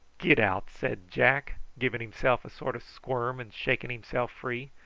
get out! said jack, giving himself a sort of squirm and shaking himself free.